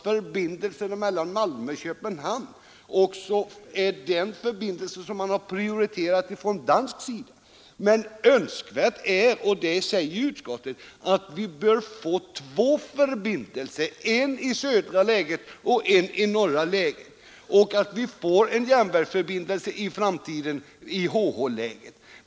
Förbindelsen mellan Malmö och Köpenhamn har man från dansk sida prioriterat, men önskvärt är — och det säger utskottet — att vi får två förbindelser, en i södra läget och en i norra läget, och att vi i framtiden får en järnvägsförbindelse i HH-läget.